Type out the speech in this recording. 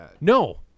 No